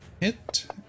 Hit